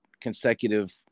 consecutive